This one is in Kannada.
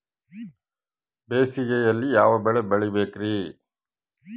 ಬೇಸಿಗೆಯಲ್ಲಿ ಯಾವ ಬೆಳೆ ಬೆಳಿಬೇಕ್ರಿ?